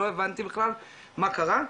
לא הבנתי בכלל מה קרה.